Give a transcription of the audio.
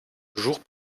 jour